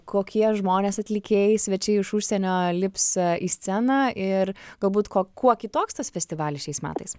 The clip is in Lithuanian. kokie žmonės atlikėjai svečiai iš užsienio lips į sceną ir galbūt ko kuo kitoks tas festivalis šiais metais